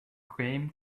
game